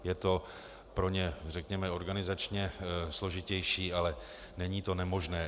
Je to pro ně, řekněme, organizačně složitější, ale není to nemožné.